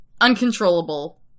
uncontrollable